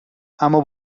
اما